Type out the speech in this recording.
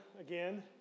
again